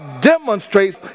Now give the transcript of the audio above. demonstrates